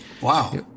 wow